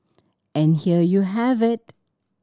and here you have it